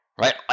right